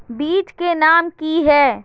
बीज के नाम की है?